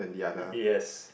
E T S